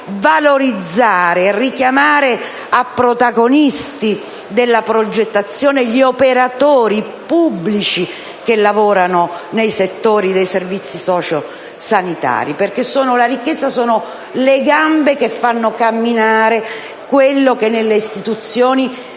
valorizzare e richiamare a protagonisti della progettazione gli operatori pubblici che lavorano nei settori dei servizi socio‑sanitari, perché essi sono la ricchezza, sono le gambe che fanno camminare ciò che nelle istituzioni